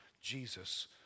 Jesus